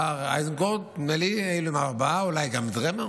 השר איזנקוט, נדמה לי שארבעה, אולי גם דרמר,